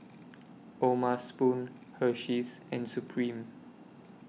O'ma Spoon Hersheys and Supreme